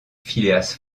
phileas